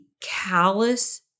callous